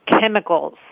Chemicals